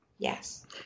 Yes